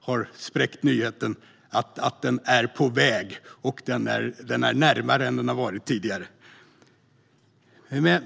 har spräckt nyheten om att den är på väg och är närmare än vad den har varit tidigare.